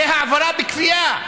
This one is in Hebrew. זו העברה בכפייה,